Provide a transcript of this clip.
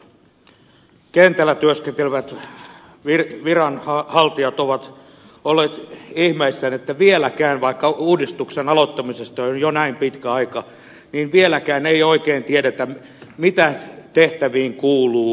lukuisat kentällä työskentelevät viranhaltijat ovat olleet ihmeissään että vieläkään vaikka uudistuksen aloittamisesta on jo näin pitkä aika ei oikein tiedetä mitä tehtäviin kuuluu ja missä